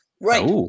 Right